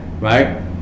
right